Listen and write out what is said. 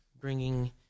bringing